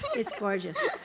it's gorgeous.